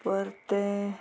परतें